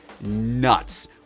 nuts